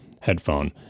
headphone